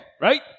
right